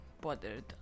bothered